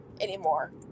anymore